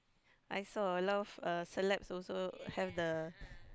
I saw a lot of uh celebs also have the